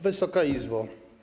Wysoka Izbo!